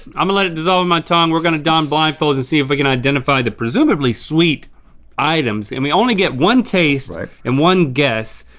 i'm gonna let it dissolve on my tongue, we're gonna don blindfolds and see if we can identify the presumably sweet items, and we only get one taste like and one guess.